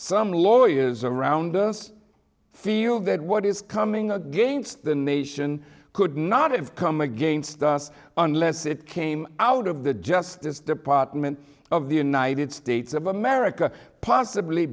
some lawyers around us feel that what is coming against the nation could not have come against us unless it came out of the justice department of the united states of america possibly